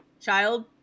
Child